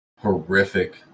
horrific